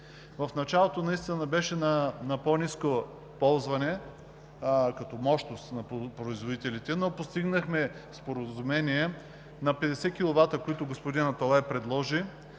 В началото наистина беше на по-ниско ползване като мощност на производителите, но постигнахме споразумение на 50 kW, които господин Аталай предложи,